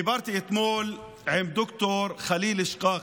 דיברתי אתמול עם ד"ר חליל שקאקי,